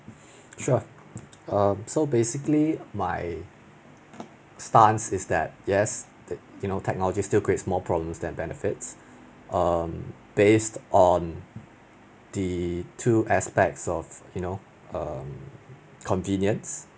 sure um so basically my stance is that yes that you know technology still creates more problems than benefits um based on the two aspects of you know um convenience